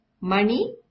money